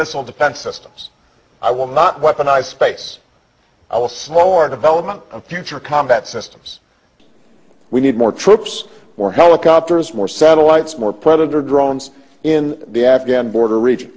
missile defense systems i will not weaponize space i will see more development of future combat systems we need more troops more helicopters more satellites more predator drones in the afghan border region